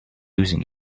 losing